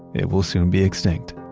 it will soon be extinct.